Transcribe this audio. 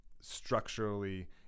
structurally